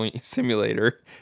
simulator